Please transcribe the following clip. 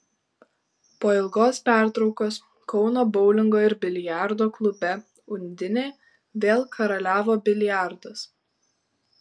po ilgos pertraukos kauno boulingo ir biliardo klube undinė vėl karaliavo biliardas